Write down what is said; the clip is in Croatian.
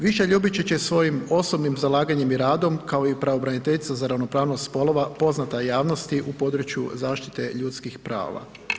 Višnja Ljubičić je svojim osobnim zalaganjem i radom kao i pravobraniteljica za ravnopravnost spolova poznata javnosti u području zaštite ljudskih prava.